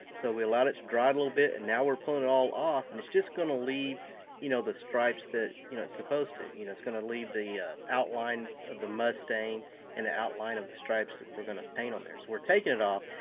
so we allowed it to dry a little bit and now we're pulling it all off and it's just going to leave you know the stripes that it's you know supposed to. you know it's going to leave the outline of the mustang and the outline of the stripes we're gonna paint on there. so we're taking it off.